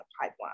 pipeline